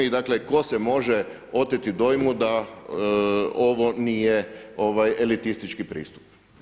I dakle tko se može oteti dojmu da ovo nije elitistički pristup.